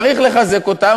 צריך לחזק אותם,